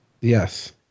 Yes